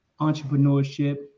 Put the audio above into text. entrepreneurship